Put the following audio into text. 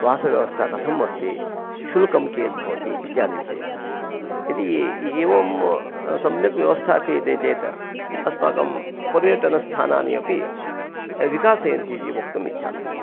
वासव्यवस्था कथम् अस्ति शुल्कं कियत् भवति इत्यादि विषये यदि एवं सम्यक् व्यवस्था क्रियते चेत् अस्माकं पर्यटनस्थानानि अपि विकासयन्ति इति वक्तुम् इच्छामि